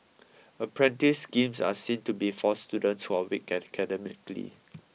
apprentice schemes are seen to be for students who are weak academically